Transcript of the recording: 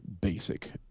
basic